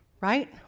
right